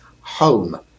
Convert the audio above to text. home